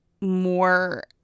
more